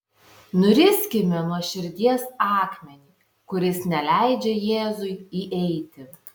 nuriskime nuo širdies akmenį kuris neleidžia jėzui įeiti